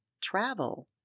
travel